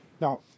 Now